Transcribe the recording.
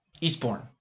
Eastbourne